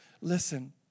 Listen